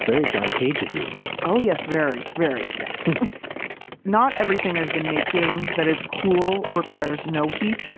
very john cage of you oh, yes. very, very. not everything i've been making that is cool requires no heat,